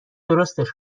درستش